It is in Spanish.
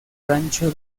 rancho